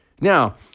Now